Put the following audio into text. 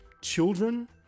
children